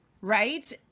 right